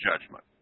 judgment